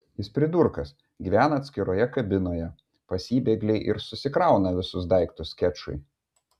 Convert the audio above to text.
jis pridurkas gyvena atskiroje kabinoje pas jį bėgliai ir susikrauna visus daiktus skečui